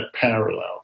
parallel